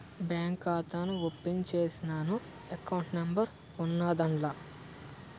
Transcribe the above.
bank ఖాతా open చేసినాను account number ఉన్నాద్దాన్ల